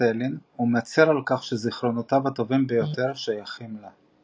סטלין ומצר על כך שזיכרונותיו הטובים ביותר שייכים לה.